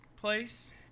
place